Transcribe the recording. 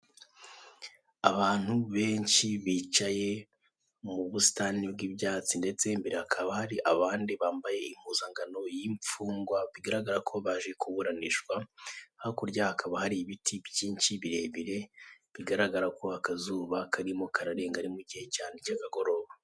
Abantu benshi bicaye mu busitani bw'ibyatsi ndetse imbere hakaba hari abandi bambaye impuzangano y'imfungwa bigaragara ko baje kuburanishwa, hakurya hakaba hari ibiti byinshi birebire bigaragara ko akazuba karimo kararenga ni mugihe cy'akagoroba.